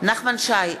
נחמן שי,